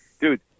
Dude